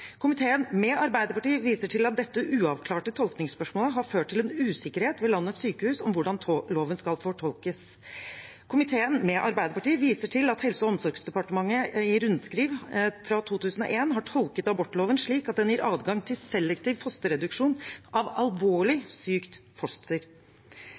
Komiteen» – med Arbeiderpartiet – «viser til at dette uavklarte tolkningsspørsmålet har ført til en usikkerhet ved landets sykehus om hvordan loven skal forstås. Komiteen» – med Arbeiderpartiet – «viser til at Helse- og omsorgsdepartementet i rundskriv I-42/2001 har tolket abortloven slik at den gir adgang til selektiv fosterreduksjon av